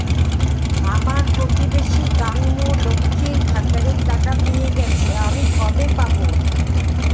আমার প্রতিবেশী গাঙ্মু, লক্ষ্মীর ভান্ডারের টাকা পেয়ে গেছে, আমি কবে পাব?